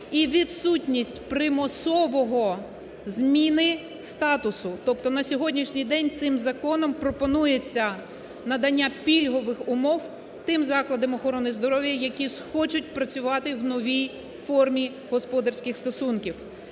і відсутність примусової зміни статусу. Тобто на сьогоднішній день цим законом пропонується надання пільгових умов тим закладам охорони здоров'я, які хочуть працювати в новій господарських стосунків.